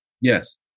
Yes